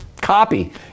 copy